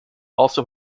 also